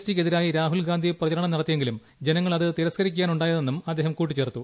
ടിയ്ക്കെതിരായി രാഹൂൽ ഗാന്ധി പ്രചാരണം നടത്തിയെങ്കിലും ജനങ്ങൾ അത് തിരസ്കരിക്കുകയാണ് ഉണ്ടായതെന്നും അദ്ദേഹം കൂട്ടിച്ചേർത്തു